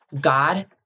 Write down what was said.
God